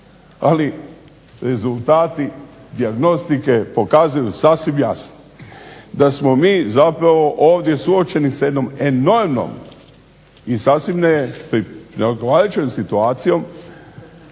ali rezultati dijagnostike pokazuju sasvim jasno da smo mi zapravo suočeni sa jednom enormnom i svim neodgovarajućom situacijom